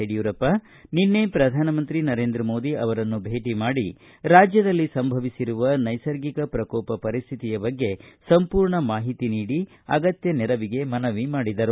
ಯಡಿಯೂರಪ್ಪ ನಿನ್ನೆ ಪ್ರಧಾನಮಂತ್ರಿ ನರೇಂದ್ರ ಮೋದಿ ಅವರನ್ನು ಭೇಟಿ ಮಾಡಿ ರಾಜ್ಯದಲ್ಲಿ ಸಂಭವಿಸಿರುವ ನೈಸರ್ಗಿಕ ಪ್ರಕೋಪ ಪರಿಸ್ಥಿತಿಯ ಬಗ್ಗೆ ಸಂಪೂರ್ಣ ಮಾಹಿತಿ ನೀಡಿ ಅಗತ್ಯ ನೆರವಿಗೆ ಮನವಿ ಮಾಡಿದರು